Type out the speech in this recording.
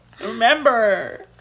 Remember